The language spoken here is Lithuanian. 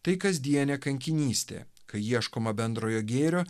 tai kasdienė kankinystė kai ieškoma bendrojo gėrio